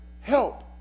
help